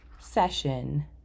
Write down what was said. session